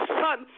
son